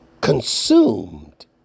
Consumed